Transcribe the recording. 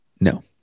No